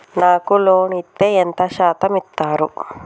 నాకు లోన్ ఇత్తే ఎంత శాతం ఇత్తరు?